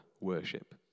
worship